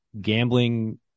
gambling